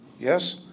Yes